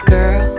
Girl